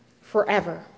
forever